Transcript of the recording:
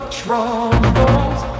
troubles